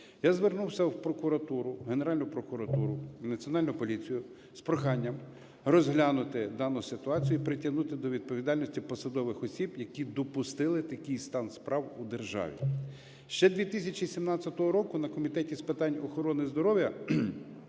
Я звернувся в прокуратуру, Генеральну прокуратуру, в Національну поліцію з проханням розглянути дану ситуацію і притягнути до відповідальності посадових осіб, які допустили такий стан справ у державі. Ще 2017 року на Комітеті з питань охорони здоров'я